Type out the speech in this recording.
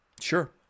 Sure